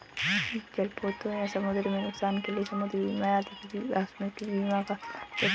जलपोतों या समुद्र में नुकसान के लिए समुद्र बीमा आदि भी आकस्मिक बीमा में शामिल होते हैं